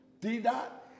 D-Dot